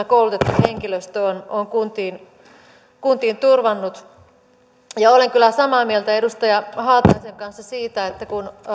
koulutettu henkilöstö on on kuntiin turvannut olen kyllä samaa mieltä edustaja haataisen kanssa siitä että kun